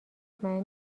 مطمئن